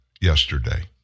yesterday